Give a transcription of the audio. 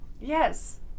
Yes